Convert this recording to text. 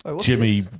Jimmy